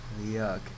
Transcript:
yuck